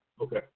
Okay